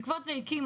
בעקבות זאת הקים